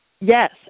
Yes